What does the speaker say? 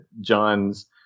John's